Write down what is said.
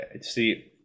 see